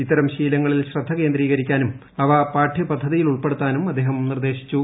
ഇത്തരം ശീലങ്ങളിൽ ശ്രദ്ധ കേന്ദ്രീകരിക്കാനും അവ പാഠ്യപദ്ധതിയിൽ ഉൾപ്പെടുത്താനും അദ്ദേഹം നിർദ്ദേശിച്ചു